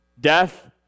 death